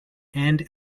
and